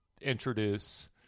introduce